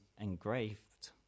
engraved